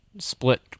split